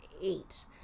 eight